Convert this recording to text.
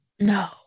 no